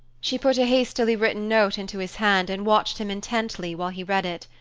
she put a hastily written note into his hand and watched him intently while he read it.